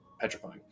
petrifying